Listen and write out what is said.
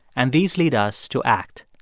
and these lead us to act.